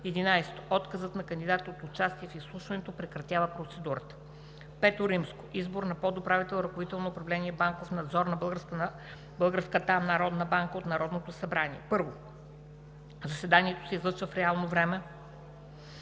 банка. 11. Отказът на кандидата от участие в изслушването прекратява процедурата. V. Избор на подуправител – ръководител на управление „Банков надзор“ на Българската народна банка, от Народното събрание 1. Заседанието се излъчва в реално време